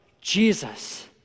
jesus